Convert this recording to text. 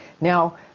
Now